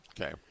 Okay